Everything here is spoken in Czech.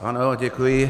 Ano, děkuji.